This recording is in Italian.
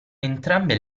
entrambe